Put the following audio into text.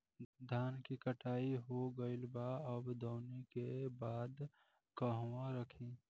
धान के कटाई हो गइल बा अब दवनि के बाद कहवा रखी?